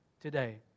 today